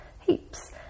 heaps